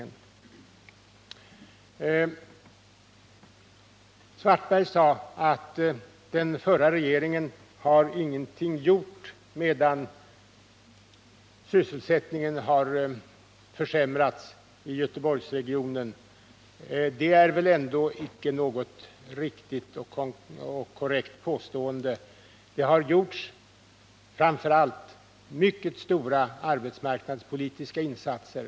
Herr Svartberg sade att den förra regeringen ingenting gjort trots att möjligheterna till sysselsättning försämrats i Göteborgsregionen. Det är väl ändå inte ett korrekt påstående. Det har gjorts framför allt mycket stora arbetsmarknadspolitiska insatser.